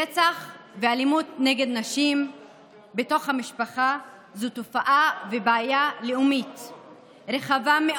רצח ואלימות נגד נשים בתוך המשפחה הם תופעה ובעיה לאומית רחבה,